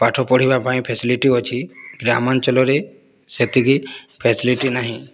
ପାଠ ପଢ଼ିବା ପାଇଁ ଫ୍ୟାସିଲିଟି ଅଛି ଗ୍ରାମାଞ୍ଚଳରେ ସେତିକି ଫ୍ୟାସିଲିଟି ନାହିଁ